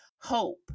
hope